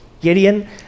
Gideon